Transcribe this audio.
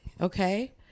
okay